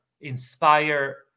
inspire